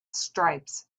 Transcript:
stripes